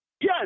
Yes